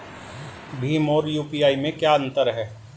भीम और यू.पी.आई में क्या अंतर है?